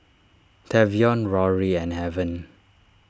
Tavion Rory and Heaven